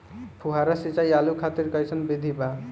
फुहारा सिंचाई आलू खातिर कइसन विधि बा?